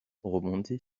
rebondit